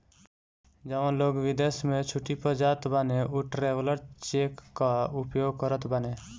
जवन लोग विदेश में छुट्टी पअ जात बाने उ ट्रैवलर चेक कअ उपयोग करत बाने